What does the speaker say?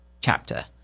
chapter